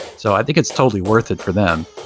so i think it's totally worth it for them,